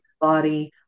body